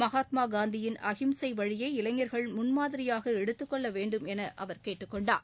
மகாத்மா காந்தியின் அகிம்சை வழியை இளைஞர்கள் முன்மாதிரியாக எடுத்துக்கொள்ள வேண்டும் என கேட்டுக்கொண்டார்